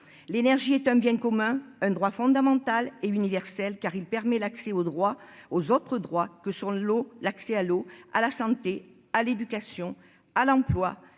l'énergie est un bien commun, un droit fondamental et universel car il permet l'accès au droit aux autres droits que sur le lot, l'accès à l'eau à la santé, à l'éducation à l'emploi